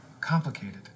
complicated